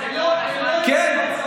לא, זה לא נכון.